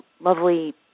lovely